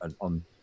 on